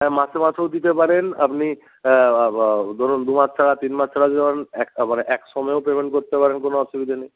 হ্যাঁ মাসে মাসেও দিতে পারেন আপনি ধরুন দুমাস ছাড়া তিন মাস ছাড়া এক মানে এক সময়েও পেমেন্ট করতে পারেন কোনো অসুবিধে নেই